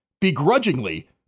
begrudgingly